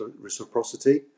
reciprocity